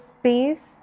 space